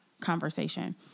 conversation